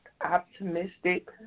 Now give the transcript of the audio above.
optimistic